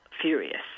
furious